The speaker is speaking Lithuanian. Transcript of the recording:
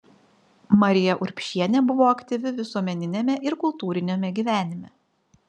marija urbšienė buvo aktyvi visuomeniniame ir kultūriniame gyvenime